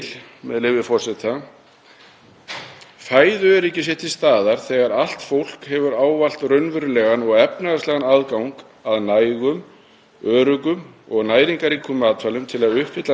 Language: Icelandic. öruggum og næringarríkum matvælum til að uppfylla næringarþarfir sínar með frjálsu fæðuvali til að lifa virku og heilsusamlegu lífi.“ Í skýrslu